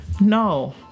no